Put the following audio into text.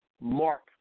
Mark